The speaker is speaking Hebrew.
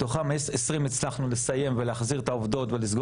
מתוכן בכ-20 הצלחנו לסיים ולהחזיר את העובדות לעבודה ולסגור